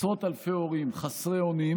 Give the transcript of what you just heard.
עשרות אלפי הורים חסרי אונים.